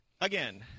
Again